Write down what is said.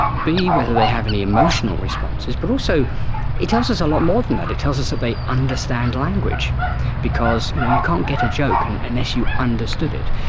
whether they have any emotional responses, but also it tells us a lot more than that. it tells us that they understand language because you know you can't get a joke and unless you understood it.